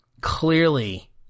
clearly